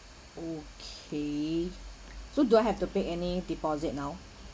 okay so do I have to pay any deposit now